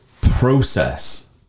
process